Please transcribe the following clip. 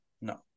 No